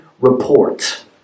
report